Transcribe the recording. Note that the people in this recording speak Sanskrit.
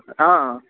हा